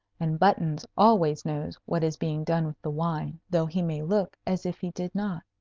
and buttons always knows what is being done with the wine, though he may look as if he did not.